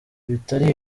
bitari